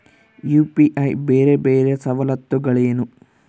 UPI ಬೇರೆ ಬೇರೆ ಸವಲತ್ತುಗಳೇನು?